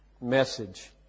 message